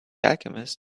alchemist